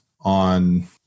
on